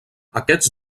aquests